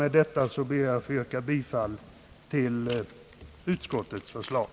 Med dessa ord ber jag att få yrka bifall till utskottets förslag.